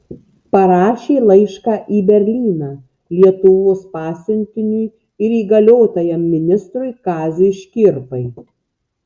parašė laišką į berlyną lietuvos pasiuntiniui ir įgaliotajam ministrui kaziui škirpai